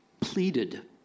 pleaded